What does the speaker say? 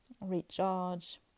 recharge